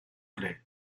cree